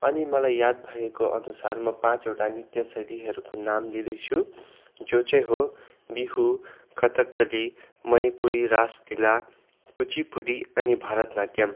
अनि मलाई याद भएको अनुसार म पाँचवटा नृत्य शैलीहरूको नाम लिँदैछु जो चाहिँ हो बिहु कथकली मणिपुरी रासलिला कुचिपुडी अनि भारत नाट्यम